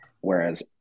Whereas